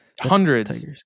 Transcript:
hundreds